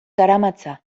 garamatza